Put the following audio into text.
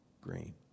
green